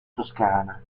toscana